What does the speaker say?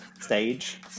stage